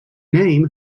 name